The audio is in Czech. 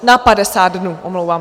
Na 50 dnů, omlouvám se.